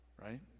right